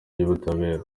y’ubutabera